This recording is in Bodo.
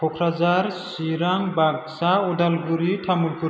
क'क्राझार चिरां बागसा उदालगुरि तामुलपुर